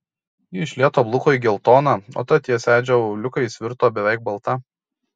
ji iš lėto bluko į geltoną o ta ties edžio auliukais virto beveik balta